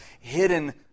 hidden